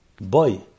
Boy